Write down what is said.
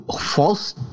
false